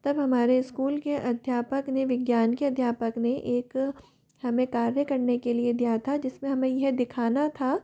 तब हमारे स्कूल के अध्यापक ने विज्ञान के अध्यापक ने एक हमे कार्य करने के लिए दिया था जिसमें हमें यह दिखाना था